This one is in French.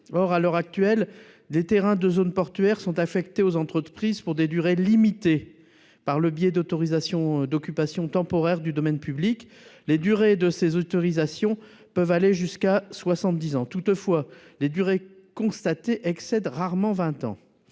Or, à l'heure actuelle, les terrains des zones portuaires sont affectés aux entreprises pour des durées limitées, par le biais d'autorisations d'occupation temporaire du domaine public. Si ces autorisations peuvent aller jusqu'à soixante-dix ans, les durées constatées excèdent rarement vingt ans.